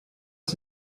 ist